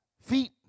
feet